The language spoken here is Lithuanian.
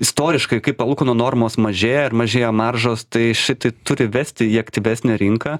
istoriškai kai palūkanų normos mažėja ir mažėja maržos tai šitai turi vesti į aktyvesnę rinką